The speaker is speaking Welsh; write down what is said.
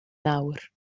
nawr